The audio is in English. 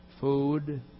Food